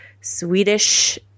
swedish